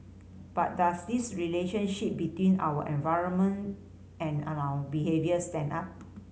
but does this relationship between our environment and our behaviour stand up